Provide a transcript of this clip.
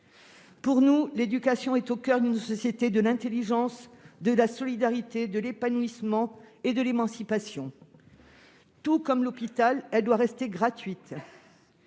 Pour nous, l'éducation est au coeur d'une société de l'intelligence, de la solidarité, de l'épanouissement et de l'émancipation. Tout comme l'hôpital, elle doit rester gratuite